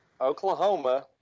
Oklahoma